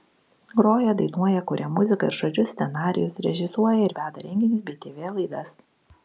groja dainuoja kuria muziką ir žodžius scenarijus režisuoja ir veda renginius bei tv laidas